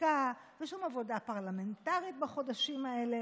חקיקה ושום עבודה פרלמנטרית בחודשים האלה,